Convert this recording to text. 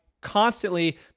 constantly